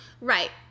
Right